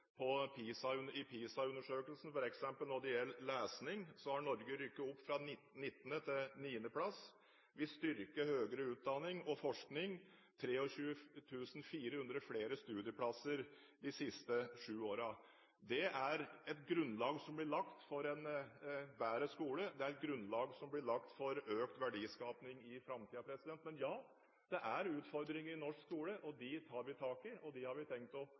mer, flere fullfører og består. I Pisa-undersøkelsen når det gjelder lesing, har Norge rykket opp fra 19. plass til 9. plass. Vi styrker høyere utdanning og forskning – 23 400 flere studieplasser de siste årene. Det er et grunnlag som blir lagt for en bedre skole. Det er et grunnlag som blir lagt for økt verdiskaping i framtiden. Men, ja, det er utfordringer i norsk skole. De tar vi tak i, og de har vi tenkt å